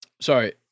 sorry